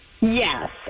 yes